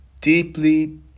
deeply